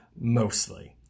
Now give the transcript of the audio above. mostly